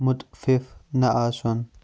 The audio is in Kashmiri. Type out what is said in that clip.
مُتفِف نہٕ آسُن